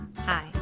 Hi